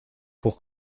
pour